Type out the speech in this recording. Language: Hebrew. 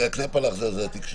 רגע, קנעפלעך זה התיק שלי.